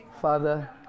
Father